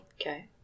Okay